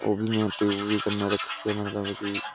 ओह् बी मैं टयूब बी कन्नै रक्ख्यिै मतलब कि